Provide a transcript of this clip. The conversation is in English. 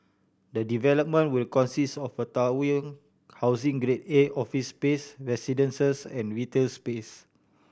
the development will consist of a towering housing Grade A office space residences and retail space